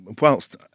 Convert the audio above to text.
whilst